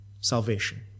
Salvation